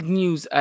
news